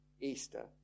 Easter